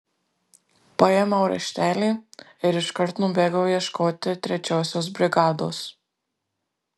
paėmiau raštelį ir iškart nubėgau ieškoti trečiosios brigados